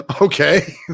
okay